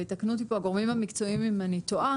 ויתקנו אותי הגורמים המקצועיים אם אני טועה